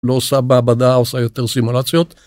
לא עושה מעבדה, עושה יותר סימולציות.